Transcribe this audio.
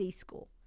school